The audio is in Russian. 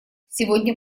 сегодня